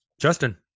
Justin